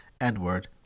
Edward